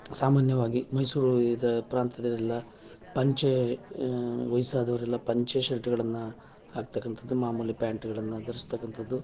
ಸಾಮಾನ್ಯವಾಗಿ ಮೈಸೂರು ಇದರ ಪ್ರಾಂತ್ಯದಲ್ಲೆಲ್ಲ ಪಂಚೆ ವಯಸ್ಸಾದವರೆಲ್ಲ ಪಂಚೆ ಶರ್ಟುಗಳನ್ನ ಹಾಕ್ತಕ್ಕಂಥದ್ದು ಮಾಮೂಲಿ ಪ್ಯಾಂಟುಗಳನ್ನು ಧರಿಸ್ತಕ್ಕಂಥದ್ದು